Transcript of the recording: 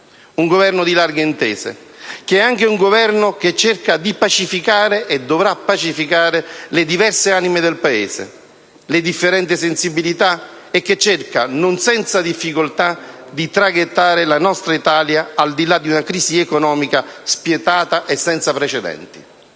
un Governo di larghe intese che è anche un Governo che cerca di pacificare, e dovrà pacificare, le diverse anime del Paese e le differenti sensibilità, e che cerca, non senza difficoltà, di traghettare la nostra Italia al di là di una crisi economica spietata e senza precedenti.